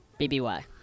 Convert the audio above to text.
BBY